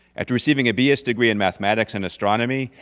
after receiving a b s degree in mathematics and astronomy,